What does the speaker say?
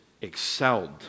excelled